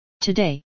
Today